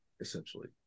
essentially